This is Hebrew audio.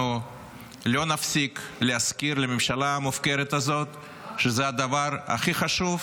אנחנו לא נפסיק להזכיר לממשלה המופקרת הזאת שזה הדבר הכי חשוב,